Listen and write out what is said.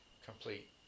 Complete